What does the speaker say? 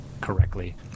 correctly